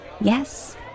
Yes